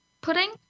pudding